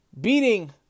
Beating